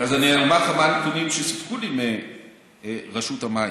אז אני אומר לך מהם הנתונים שסיפקו לי מרשות המים.